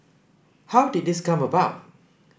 how did this come about